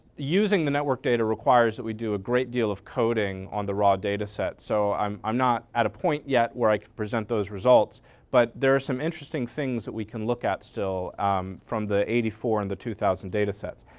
using the network data requires that we do a great deal of coding on the raw data set. so i'm i'm not at a point yet where i can present those results but there are some interesting things that we can look at still um from the eighty four and the two thousand data sets.